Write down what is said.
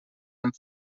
amb